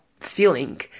feeling